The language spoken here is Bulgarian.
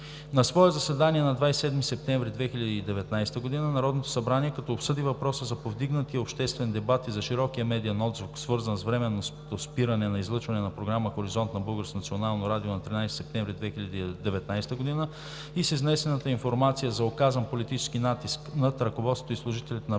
На свое заседание на 27 септември 2019 г. Народното събрание, като обсъди въпроса за повдигнатия обществен дебат и за широкия медиен отзвук, свързан с временното спиране на излъчването на програма „Хоризонт“ на Българското национално радио на 13 септември 2019 г. и с изнесената информация за оказан политически натиск над ръководството и служителите на Българското